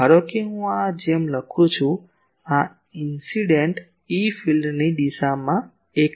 તો ધારો કે હું આ જેમ લખું છું કે ai એ ઘટના E ફીલ્ડની દિશામાં એકમ સદિશ છે